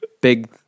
big